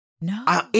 No